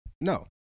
No